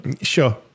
Sure